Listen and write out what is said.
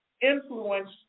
influence